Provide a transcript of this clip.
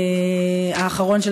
האחרון,